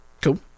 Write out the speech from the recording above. cool